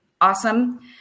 Awesome